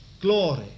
glory